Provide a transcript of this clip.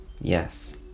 Yes